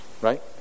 right